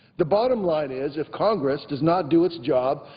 the bottom line as if congress does not do its job,